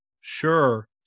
Sure